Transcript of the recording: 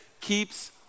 keeps